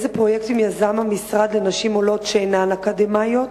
4. איזה פרויקטים יזם המשרד לנשים עולות שאינן אקדמאיות?